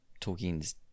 Tolkien's